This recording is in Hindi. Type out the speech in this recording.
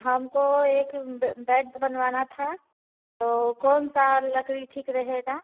हमको एक ब बेड बनवाना था तो कौन सा लकड़ी ठीक रहेगा